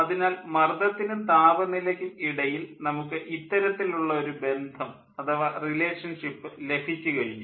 അതിനാൽ മർദ്ദത്തിനും താപനിലയ്ക്കും ഇടയിൽ നമുക്ക് ഇത്തരത്തിലുള്ള ഒരു ബന്ധം അഥവാ റിലേഷൻഷിപ്പ് ലഭിച്ചു കഴിഞ്ഞു